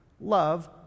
love